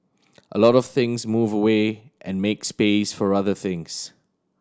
a lot of things move away and make space for other things